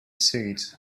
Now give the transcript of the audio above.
seeds